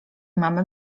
mamy